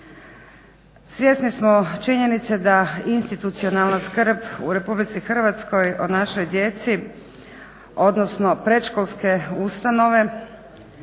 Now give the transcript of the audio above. Svjesni smo činjenice da institucionalna skrb u RH o našoj djeci odnosno predškolske ustanove